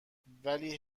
ولی